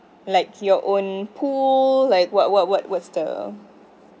like your own pool like what what what what's the